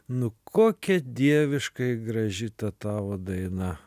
nu kokia dieviškai graži ta tavo daina